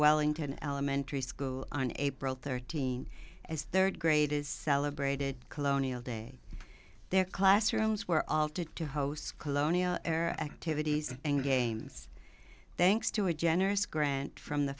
wellington elementary school on april thirteenth as third graders celebrated colonial day their classrooms were altered to host colonial era activities and games thanks to a generous grant from the